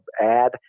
add